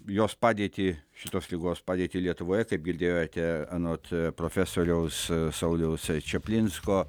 jos padėtį šitos ligos padėtį lietuvoje kaip girdėjote anot profesoriaus sauliaus čaplinsko